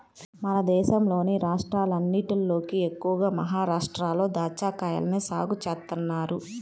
మన దేశంలోని రాష్ట్రాలన్నటిలోకి ఎక్కువగా మహరాష్ట్రలో దాచ్చాకాయల్ని సాగు చేత్తన్నారు